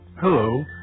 Hello